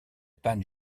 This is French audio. panne